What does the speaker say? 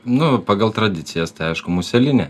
nu pagal tradicijas tai aišku muselinė